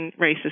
racist